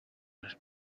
was